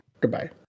Goodbye